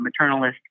maternalist